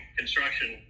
construction